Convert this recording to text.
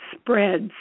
spreads